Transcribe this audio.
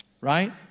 Right